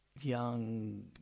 young